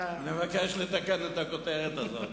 אני מבקש לתקן את הכותרת הזאת.